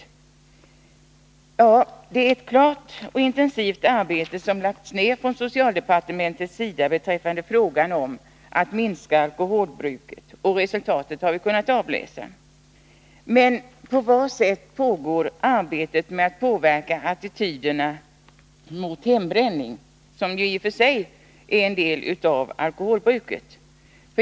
Ja, det är ett klart intensivt arbete som lagts ner från socialdepartementets sida beträffande frågan om att minska alkoholbruket, och resultatet har vi kunnat avläsa. Men på vad sätt pågår arbetet med att påverka attityderna till hembränning, som i och för sig är en del av alkoholbruket?